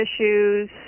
issues